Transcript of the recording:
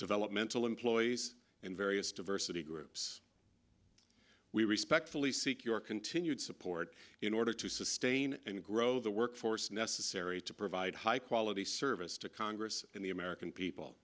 developmental employees in various diversity groups we respectfully seek your continued support in order to sustain and grow the workforce necessary to provide high quality service to congress and the american people